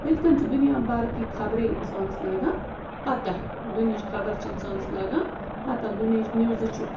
یِتھ کٔنۍ چھِ دُنیا بھر کی خبریں اِنسانس لَگان پَتہ دُنہِچ خَبر چھِ اِنسانس لَگان پَتہ دُنہِچ نِوزٕ چھِ